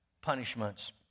punishments